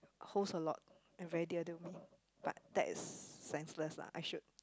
holds a lot and very dear to me but that is senseless lah I should